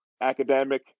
academic